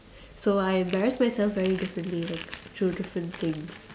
so I embarrass myself very differently through different things